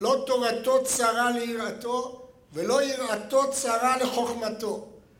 לא תורתו צרה ליראתו, ולא יראתו צרה לחוכמתו.